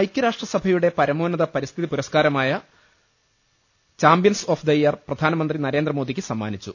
ഐക്യരാഷ്ട്രസഭയുടെ പരമോന്നത പരിസ്ഥിതി പുരസ്കാര മായ ചാമ്പ്യൻസ് ഓഫ് ദ ഇയർ പ്രധാനമന്ത്രി നരേന്ദ്രമോദിക്ക് സമ്മാനിച്ചു